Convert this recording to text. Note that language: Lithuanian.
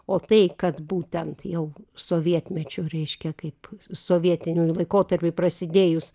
o tai kad būtent jau sovietmečiu reiškia kaip sovietiniui laikotarpiui prasidėjus